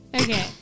Okay